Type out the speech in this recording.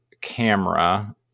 camera